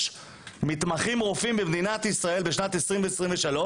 יש במדינת ישראל, בשנת 2023,